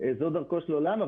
כי זו דרכו של עולם.